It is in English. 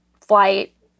flight